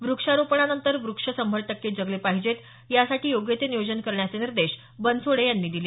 वृक्षारोपणानंतर वृक्ष शंभर टक्के जगले पाहिजेत यासाठी योग्य ते नियोजन करण्याचे निर्देश बनसोडे यांनी दिले